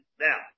Now